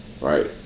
right